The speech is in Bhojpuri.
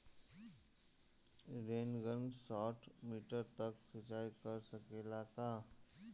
रेनगन साठ मिटर तक सिचाई कर सकेला का?